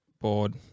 Board